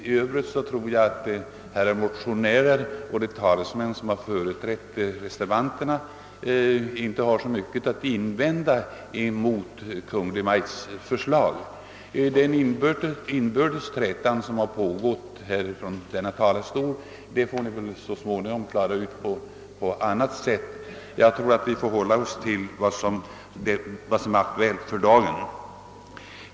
I övrigt tror jag att herrar motionärer och de talesmän som har företrätt reservanterna inte har så mycket att invända emot Kungl. Maj:ts förslag. Den inbördes träta som nu pågått ifrån denna talarstol, får ni väl så småningom klara ut på annat håll. Jag tror att vi får lov att hålla oss till vad som är aktuellt för dagen.